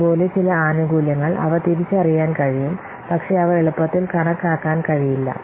അതുപോലെ ചില ആനുകൂല്യങ്ങൾ അവ തിരിച്ചറിയാൻ കഴിയും പക്ഷേ അവ എളുപ്പത്തിൽ കണക്കാക്കാൻ കഴിയില്ല